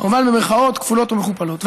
כמובן במירכאות כפולות ומכופלות.